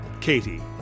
katie